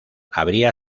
habría